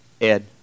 Ed